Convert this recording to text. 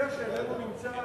מציע ואיננו נמצא,